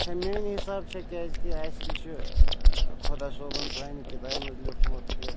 چھِ میٛانہِ حِساب چھِ کیٛازکہِ اسہِ تہِ چھُ ٲں خۄدا صٲبن سانہِ کِتابہِ منٛز لیٚوکھمُت کہِ